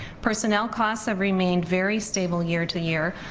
personnel costs have remained very stable year to year,